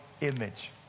image